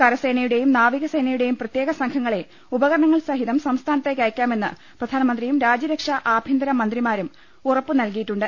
കരസേനയുടെയും നാവികസേ നയുടെയും പ്രത്യേക സംഘങ്ങളെ ഉപകരണങ്ങൾ സഹിതം സംസ്ഥാനത്തേക്കയക്കാമെന്ന് പ്രധാനമന്ത്രിയും രാജ്യരക്ഷാ ആഭ്യന്തരമന്ത്രിമാരും ഉറപ്പ് നൽകിയിട്ടുണ്ട്